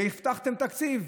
והבטחתם תקציב,